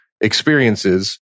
experiences